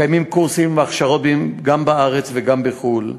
מתקיימים קורסים והכשרות גם בארץ וגם בחו"ל.